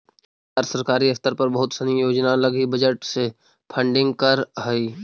सरकार सरकारी स्तर पर बहुत सनी योजना लगी बजट से फंडिंग करऽ हई